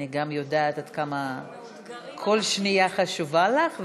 אני גם יודעת עד כמה כל שנייה חשובה לך,